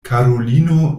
karulino